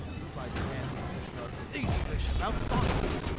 replied stanley with a shrug. these fish have out-thought us!